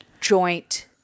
joint